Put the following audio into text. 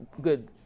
good